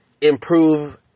improve